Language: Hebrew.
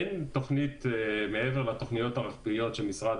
אין תוכנית מעבר לתוכניות הרוחביות של משרד